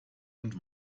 und